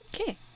Okay